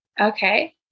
Okay